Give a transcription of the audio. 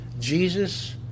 Jesus